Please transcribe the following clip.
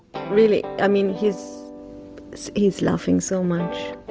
really. i mean he's he's laughing so much.